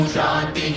Shanti